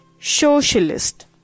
Socialist